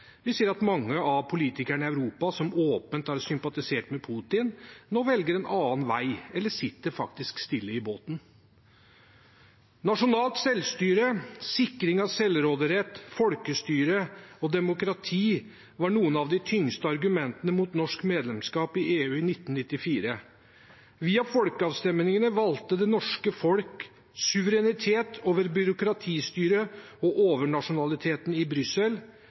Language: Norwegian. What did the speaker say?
Vi ser at mange av politikerne i Europa som åpent har sympatisert med Putin, nå velger en annen vei, eller sitter faktisk stille i båten. Nasjonalt selvstyre, sikring av selvråderett, folkestyre og demokrati var noen av de tyngste argumentene mot norsk medlemskap i EU i 1994. Via folkeavstemningene valgte det norske folk suverenitet over byråkratistyret og overnasjonaliteten i Brussel,